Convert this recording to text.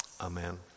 Amen